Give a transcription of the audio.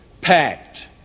packed